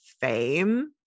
fame